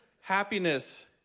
Happiness